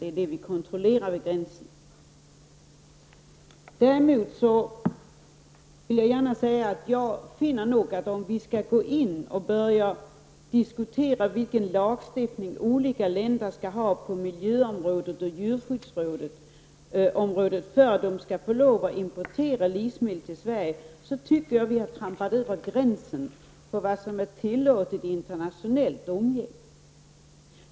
Det är vad som kontrolleras vid gränsen. Om vi däremot skall gå in och diskutera vilken lagstiftning olika länder skall ha på miljö och djurskyddsområdet för att de skall få exportera livsmedel till Sverige, anser jag att vi överskrider gränsen för vad som är tillåtet vid internationellt umgänge.